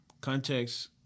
Context